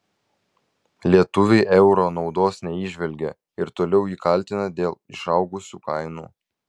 lietuviai euro naudos neįžvelgia ir toliau jį kaltina dėl išaugusių kainų